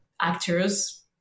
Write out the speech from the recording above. actors